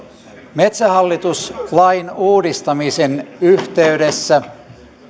metsähallitus lain uudistamisen yhteydessä